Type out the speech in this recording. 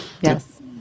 Yes